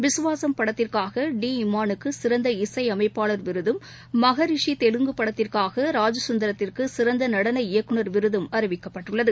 விஸ்வாசம் படத்திற்காக டி இமானுக்கு சிறந்த இசை அமைப்பாளர் விருதும் மஹரிஷி தெலுங்கு படத்திற்காக ராஜூ சுந்தரத்திற்கு சிறந்த நடன இயக்குநர் விருதம் அறிவிக்கப்பட்டுள்ளது